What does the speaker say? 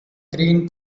green